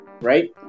right